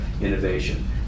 innovation